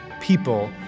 people